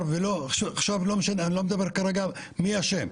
עכשיו אני לא מדבר כרגע על מי אשם,